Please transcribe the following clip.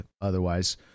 otherwise